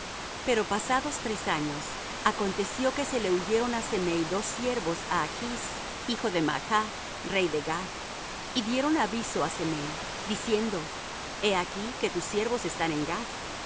pero pasados tres años aconteció que se le huyeron á semei dos siervos á achs hijo de maach rey de gath y dieron aviso á semei diciendo he aquí que tus siervos están en gath